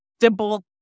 simple